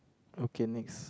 okay next